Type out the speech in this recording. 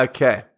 Okay